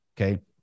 Okay